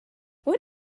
what